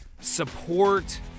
support